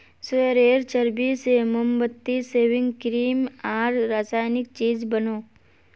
सुअरेर चर्बी से मोमबत्ती, सेविंग क्रीम आर रासायनिक चीज़ बनोह